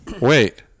Wait